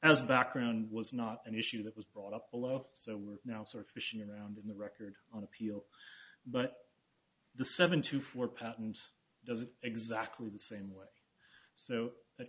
a background was not an issue that was brought up below so we're now sort of fishing around in the record on appeal but the seven to four patent does exactly the same way so